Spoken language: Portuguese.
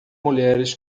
mulheres